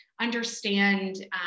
understand